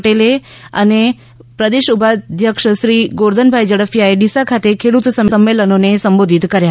પટેલે અને પ્રદેશ ઉપાધ્યક્ષશ્રી ગોરધનભાઇ ઝડફિયાએ ડીસા ખાતે ખેડૂત સંમેલનોને સંબોધિત કર્યા